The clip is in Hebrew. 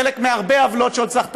שהוא חלק מהרבה עוולות שעוד צריך לתקן,